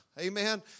Amen